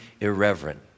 irreverent